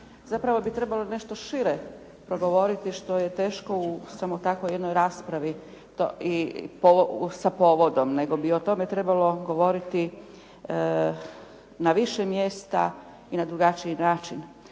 zapravo bi trebalo nešto šire progovoriti što je teško u samo takvoj jednoj raspravi sa povodom, nego bi o tome trebalo govoriti na više mjesta i na drugačiji način.